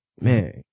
man